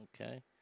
okay